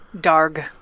Darg